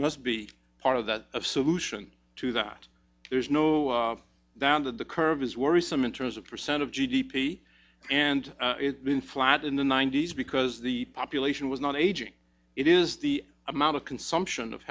must be part of that of solution to that there's no doubt that the curve is worrisome in terms of percent of g d p and it's been flat in the ninety's because the population was not aging it is the amount of consumption of